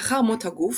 לאחר מות הגוף,